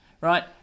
right